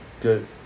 good